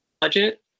budget